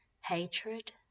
hatred